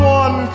one